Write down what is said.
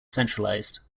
centralized